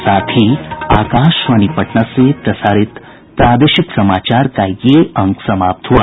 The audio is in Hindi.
इसके साथ ही आकाशवाणी पटना से प्रसारित प्रादेशिक समाचार का ये अंक समाप्त हुआ